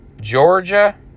Georgia